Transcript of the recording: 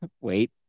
Wait